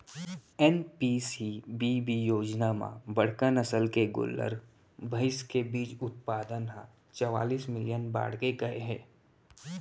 NPCBB योजना म बड़का नसल के गोल्लर, भईंस के बीज उत्पाउन ह चवालिस मिलियन बाड़गे गए हे